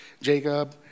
Jacob